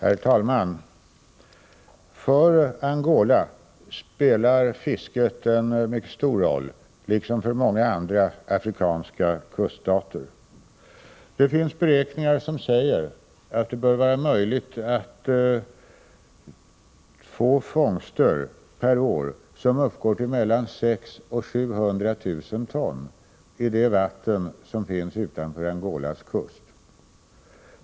Herr talman! För Angola spelar fisket en mycket stor roll, liksom för många andra afrikanska kuststater. Det finns beräkningar som säger att det bör vara möjligt att årligen få fångster som uppgår till mellan 600 000 och 700 000 ton i de vatten som finns utanför Angolas kust.